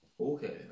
Okay